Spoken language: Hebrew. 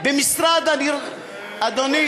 אדוני